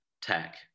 tech